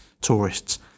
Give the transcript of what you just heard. tourists